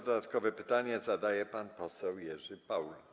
Dodatkowe pytanie zadaje pan poseł Jerzy Paul.